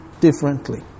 differently